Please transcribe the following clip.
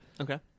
Okay